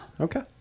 Okay